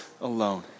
alone